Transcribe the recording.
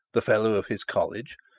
the fellow of his college,